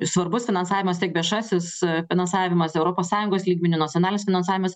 svarbus finansavimas tiek viešasis finansavimas europos sąjungos lygmeniu nacionalinis finansavimas